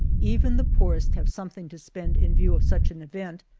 even the poorest have something to spend in view of such an event,